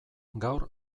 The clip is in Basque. gaur